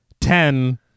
ten